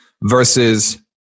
versus